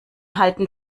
halten